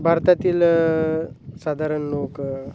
भारतातील साधारण लोक